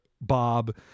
Bob